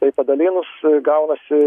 tai padalinus gaunasi